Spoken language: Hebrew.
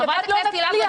לבד לא נצליח.